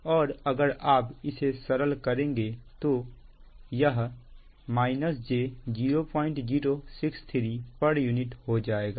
और अगर आप इसे सरल करेंगे तो यह j0063 pu हो जाएगा